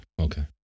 Okay